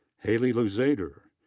hailey luzadder.